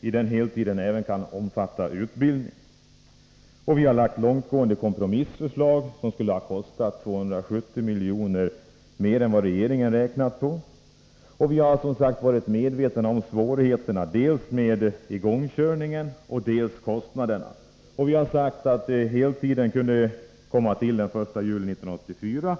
den heltiden även kan omfatta utbildning. Vi har lagt långtgående kompromissförslag, som skulle kosta 270 miljoner mer än regeringens förslag. Vi har också, som sagt, varit medvetna om svårigheterna dels med igångkörningen, dels med kostnaderna. Vi har sagt att heltiden kunde komma till den 1 juli 1984.